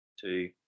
two